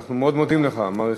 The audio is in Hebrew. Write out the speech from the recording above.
אנחנו מאוד מודים לך, מעריכים.